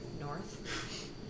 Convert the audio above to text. north